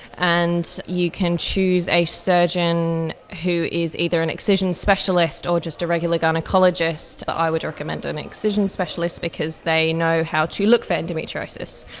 and you can choose a surgeon who is either an excision specialist or just a regular gynaecologist. i would recommend an excision specialist because they know how to look for endometriosis.